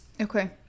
Okay